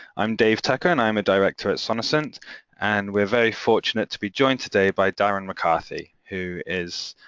i'm dave tucker and i'm a director at sonocent and we're very fortunate to be joined today by darrin mccarthy, who is